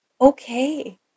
okay